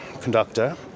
conductor